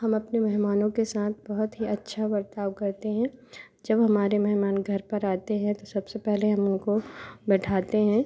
हम अपने मेहमानों के साँथ बहुत ही अच्छा बर्ताव करते हैं जब हमारे मेहमान घर पर आते हैं तो सबसे पहले हम उनको बैठाते हैं